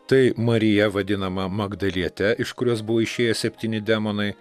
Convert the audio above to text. tai marija vadinama magdaliete iš kurios buvo išėję septyni demonai